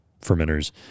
fermenters